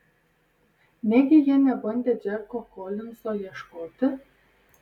negi jie nebandė džeko kolinzo ieškoti